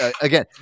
again